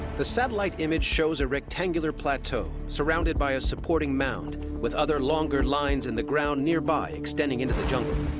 the satellite image shows a rectangular plateau surrounded by a supporting mound with other longer lines in the ground nearby extending into the jungle.